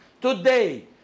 Today